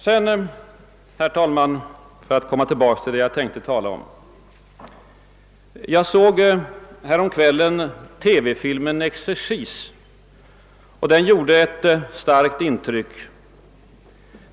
Herr talman! Jag skall nu gå in på vad jag egentligen tänkte tala om. Jag såg härom kvällen TV-filmen Exercis, som gjorde ett starkt intryck på mig.